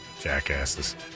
jackasses